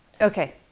Okay